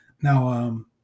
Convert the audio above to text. Now